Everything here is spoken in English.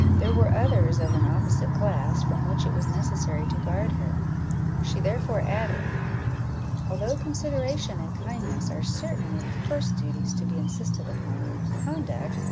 there were others of an opposite class, from which it was necessary to guard her she therefore added although consideration and kindness are certainly the first duties to be insisted upon in our conduct,